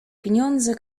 pieniądze